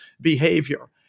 behavior